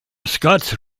scots